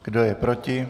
Kdo je proti?